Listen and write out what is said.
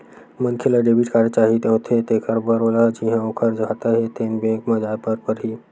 मनखे ल debit card चाही होथे तेखर बर ओला जिहां ओखर खाता हे तेन बेंक म जाए बर परही